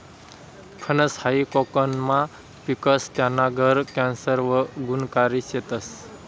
फनस हायी कोकनमा पिकस, त्याना गर कॅन्सर वर गुनकारी शेतस